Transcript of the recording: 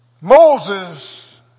Moses